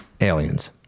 Aliens